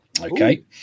Okay